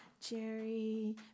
Jerry